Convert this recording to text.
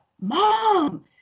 Mom